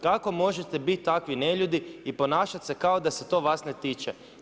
Kako možete biti takvi neljudi i ponašati se kao da se to vas ne tiče?